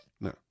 No